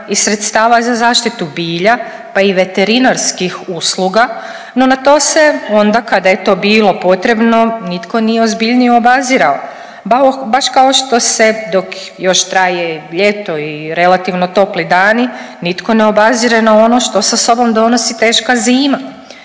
i sredstava za zaštitu bilja, pa i veterinarskih usluga, no na to se onda kada je to bilo potrebno nitko nije ozbiljnije obazirao, baš kao što se dok još traje ljeto i relativno topli dani nitko ne obazire na ono što sa sobom donosi teška zima.